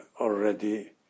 already